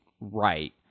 right